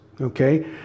Okay